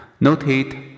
Noted